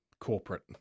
corporate